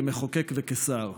כמחוקק וכשר.